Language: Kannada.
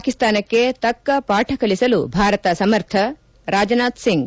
ಪಾಕಿಸ್ನಾನಕ್ಕೆ ತಕ್ಕ ಪಾಠಕಲಿಸಲು ಭಾರತ ಸಮರ್ಥ ರಾಜನಾಥ್ ಸಿಂಗ್